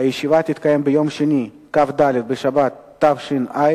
הישיבה הבאה תתקיים ביום שני כ"ד בשבט התש"ע,